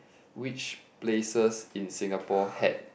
which places in Singapore had